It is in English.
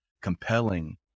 compelling